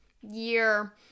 year